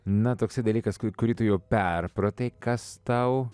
na toks dalykas kurį tu jau perpratai kas tau